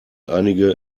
einige